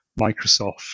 Microsoft